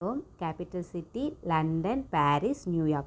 Rome capital city London Paris New York